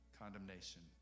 condemnation